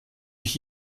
ich